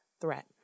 threat